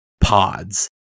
pods